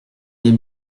des